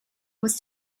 was